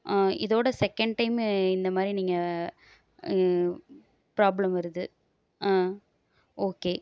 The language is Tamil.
ஆ இதோட செகேண்ட் டைமு இந்தமாதிரி நீங்கள் ப்ராப்ளம் வருது ஆ ஓகே